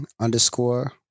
underscore